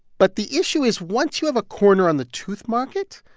but the issue is once you have a corner on the tooth market,